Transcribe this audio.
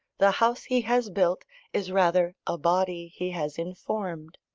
the house he has built is rather a body he has informed.